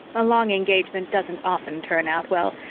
a long engagement doesn't often turn out well.